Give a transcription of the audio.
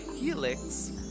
helix